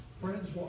Friends